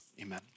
amen